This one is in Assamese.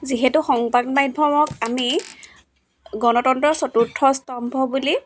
যিহেতু সংবাদ মাধ্যমক আমি গণতন্ত্ৰৰ চতুৰ্থ স্তম্ভ বুলি